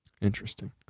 Interesting